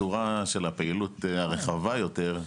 את חב"ד בצורה של הפעילות הרחבה יותר,